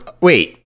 Wait